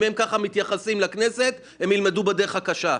אם הם ככה מתייחסים לכנסת, הם ילמדו בדרך הקשה.